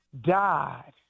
died